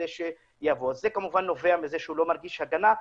אז זה כמובן נובע מזה שהוא לא מרגיש הגנה,